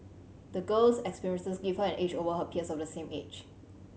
the girl's experiences gave her an edge over her peers of the same age